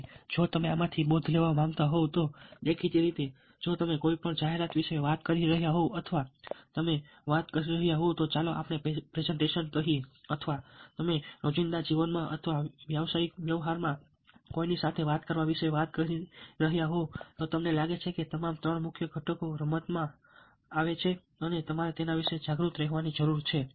હવે જો તમે આમાંથી બોધ લેવા માંગતા હોવ તો દેખીતી રીતે જો તમે કોઈ જાહેરાત વિશે વાત કરી રહ્યા હોવ અથવા તમે વાત કરી રહ્યા હોવ તો ચાલો આપણે પ્રેઝન્ટેશન કહીએ અથવા તમે રોજિંદા જીવનમાં અથવા વ્યવસાયિક વ્યવહારમાં કોઈની સાથે વાત કરવા વિશે વાત કરી રહ્યા હોવ તો મને લાગે છે કે તમામ 3 મુખ્ય ઘટકો રમતમાં આવો અને તમારે તેના વિશે જાગૃત રહેવાની જરૂર છે